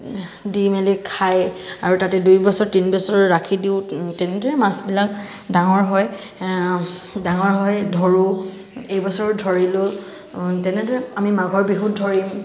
দি মেলি খায় আৰু তাতে দুইবছৰ তিনিবছৰ ৰাখি দিওঁ তেনেদৰে মাছববিলাক ডাঙৰ হয় ডাঙৰ হয় ধৰোঁ এইবছৰ ধৰিলোঁ তেনেদৰে আমি মাঘৰ বিহুত ধৰিম